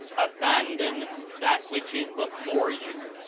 abandon that which is before you,